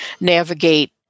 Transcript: navigate